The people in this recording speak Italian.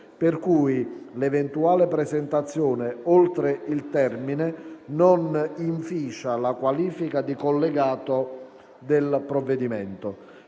per cui l'eventuale presentazione oltre il termine non inficia la qualifica di "collegato" del provvedimento.